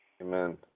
Amen